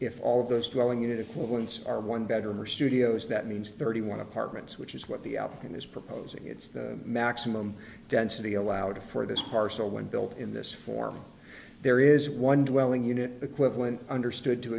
if all of those dwelling equivalents are one bedroom or studios that means thirty one apartments which is what the outcome is proposing it's the maximum density allowed for this parcel when built in this form there is one dwelling unit equivalent understood